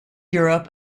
europe